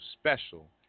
special